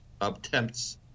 attempts